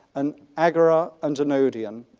an agora and an odeon.